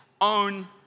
own